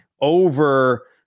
over